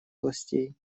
властей